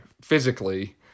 physically